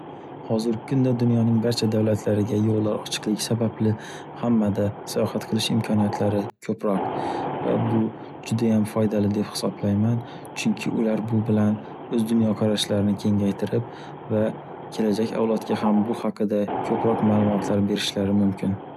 Hozirgi kunda dunyoning barcha davlatlariga yo'llar ochiqligi sababli, hammada sayohat qilish Imkoniyatlari ko'proq Va bu judayam foydali deb hisoblayman. Chunki ular bu bilan o'z dunyo qarashlarini kengaytirib va kelajak avlodga ham bu haqida ko'proq ma'lumotlar berishi mumkin.